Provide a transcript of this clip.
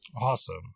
awesome